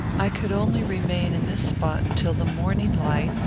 i could only remain in this spot till the morning light,